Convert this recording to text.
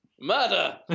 murder